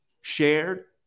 shared